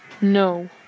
No